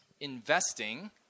Investing